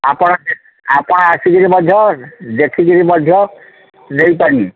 ଆପଣ ଆପଣ ଆସିକିରି ମଧ୍ୟ ଦେଖିକିରି ମଧ୍ୟ ନେଇପାରିବେ